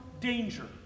danger